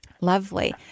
Lovely